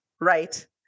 Right